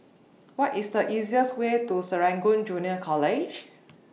What IS The easiest Way to Serangoon Junior College